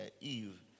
Eve